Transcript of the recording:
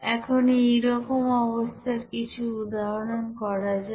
এখন এই রকম অবস্থার কিছু উদাহরণ করা যাক